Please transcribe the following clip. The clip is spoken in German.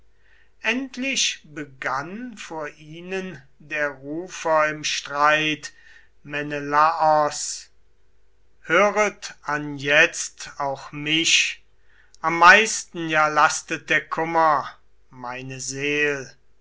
endlich begann vor ihnen der rufer im streit menelaos hörer anjetzt auch mich am meisten ja lastet der kummer meine seel